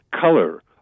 color